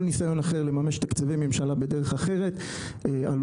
כל ניסיון אחר לממש תקציבי ממשלה בדרך אחרת עלול